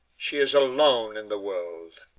she is alone in the world.